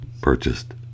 purchased